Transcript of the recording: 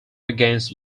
against